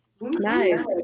Nice